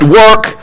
work